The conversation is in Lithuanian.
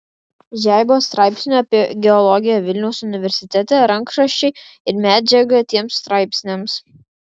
žeibos straipsnių apie geologiją vilniaus universitete rankraščiai ir medžiaga tiems straipsniams